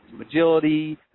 agility